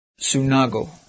sunago